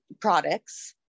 products